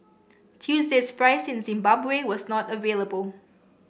Tuesday's price in Zimbabwe was not available